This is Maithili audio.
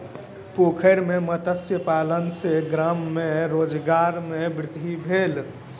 पोखैर में मत्स्य पालन सॅ गाम में रोजगार में वृद्धि भेल